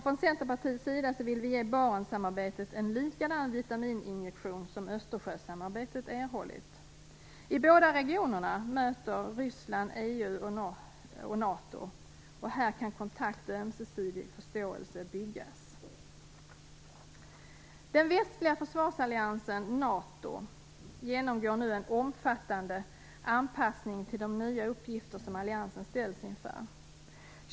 Från Centerpartiets sida vill vi ge Barentssamarbetet en likadan vitamininjektion som Östersjösamarbetet erhållit. I båda regionerna möter Ryssland EU och NATO. Här kan kontakt och ömsesidig förståelse byggas. Den västliga försvarsalliansen NATO genomgår nu en omfattande anpassning till de nya uppgifter som alliansen ställs inför.